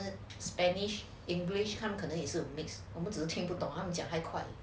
the spanish english 看可能也是 mix 我们只是听不懂他们讲太快